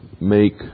make